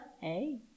Hey